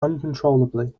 uncontrollably